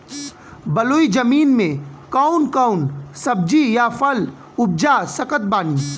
बलुई जमीन मे कौन कौन सब्जी या फल उपजा सकत बानी?